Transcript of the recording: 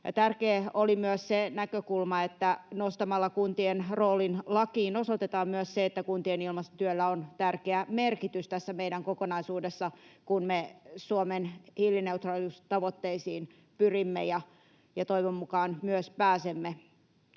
Tärkeä oli myös se näkökulma, että nostamalla kuntien rooli lakiin osoitetaan myös se, että kuntien ilmastotyöllä on tärkeä merkitys tässä meidän kokonaisuudessa, kun me Suomen hiilineutraalisuustavoitteisiin pyrimme ja toivon mukaan myös pääsemme.